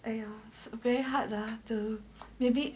哎呀 very hard lah to maybe